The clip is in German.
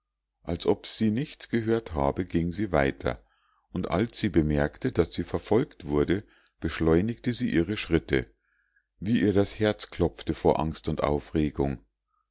als ob sie nichts gehört habe ging sie weiter und als sie bemerkte daß sie verfolgt wurde beschleunigte sie ihre schritte wie ihr das herz klopfte vor angst und aufregung